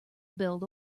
build